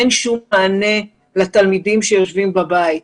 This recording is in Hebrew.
אין שום מענה לתלמידים שיושבים בבית.